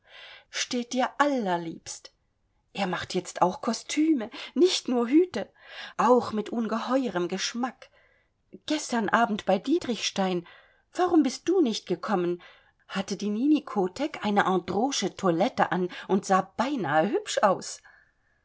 steht dir allerliebst er macht jetzt auch kostüme nicht nur hüte auch mit ungeheurem geschmack gestern abend bei dietrichstein warum bist du nicht gekommen hatte die nini chotek eine gindreausche toilette an und sah beinahe hübsch aus